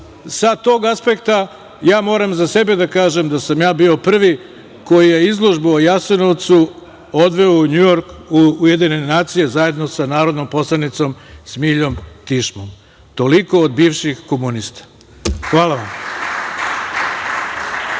sa tog aspekta, ja moram za sebe da kažem da sam ja bio prvi koji je izložbu o Jasenovcu odveo u Njujork u UN, zajedno sa narodnom poslanicom Smiljom Tišmom. Toliko od bivših komunista. Hvala vam. Reč